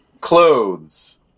Clothes